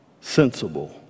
sensible